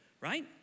right